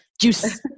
juice